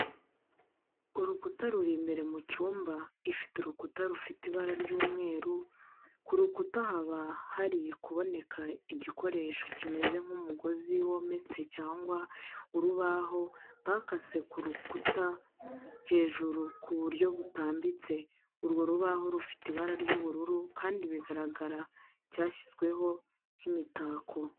Urukuta ruri imbere mu cyumba, ifite urukuta rufite ibara ry'umweru, ku rukuta haba hari kuboneka igikoresho kimeze nk'umugozi wometse cyangwa urubaho bakase ku rukuta hejuru mu buryo butambitse. Urwo urubaho rufite ibara ry'ubururu kandi bigaragara cyashyizweho nk'imitako.